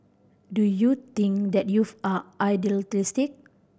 do you think that youth are idealistic